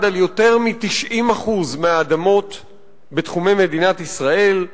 על יותר מ-90% מהאדמות בתחומי מדינת ישראל,